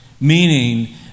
meaning